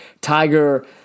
Tiger